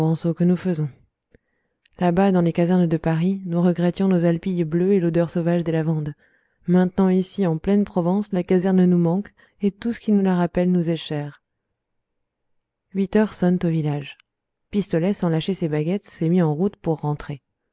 que nous faisons là-bas dans les casernes de paris nous regrettions nos alpilles bleues et l'odeur sauvage des lavandes maintenant ici en pleine provence la caserne nous manque et tout ce qui la rappelle nous est cher huit heures sonnent au village pistolet sans lâcher ses baguettes s'est mis en route pour rentrer